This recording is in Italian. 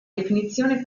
definizione